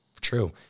True